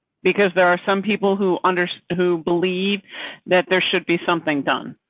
because there are some people who and who believe that there should be something done.